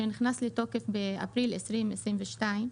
שנכנס לתוקף באפריל 2022,